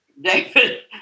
David